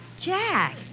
Jack